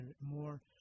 more